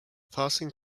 passing